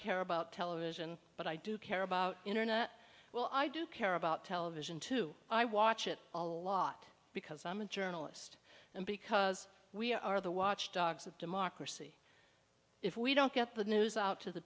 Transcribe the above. care about television but i do care about internet well i do care about television too i watch it a lot because i'm a journalist and because we are the watchdogs of democracy if we don't get the news out to the